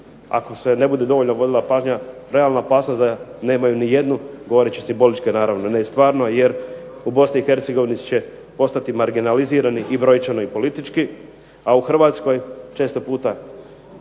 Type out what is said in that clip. ako se ne bude dovoljno vodila pažnja realna opasnost da nemaju nijednu govoreći simbolički naravno ne i stvarno jer u BiH će postati marginalizirani i brojčano i politički, a u Hrvatskoj često puta